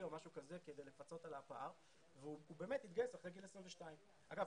או משהו כזה כדי לפצות על הפער והוא באמת התגייס אחרי גיל 22. אגב,